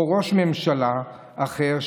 או ראש ממשלה אחר,